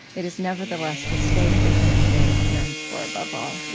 it is nevertheless the state the human being yearns for above all.